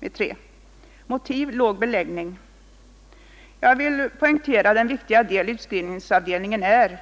härför är låg beläggning. Jag vill emellertid poängtera hur viktig utskrivningsavdelningen är